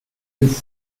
with